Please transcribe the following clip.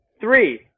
Three